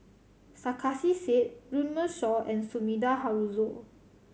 Sarkasi Said Runme Shaw and Sumida Haruzo